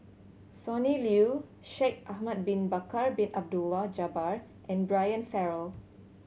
Sonny Liew Shaikh Ahmad Bin Bakar Bin Abdullah Jabbar and Brian Farrell